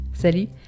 Salut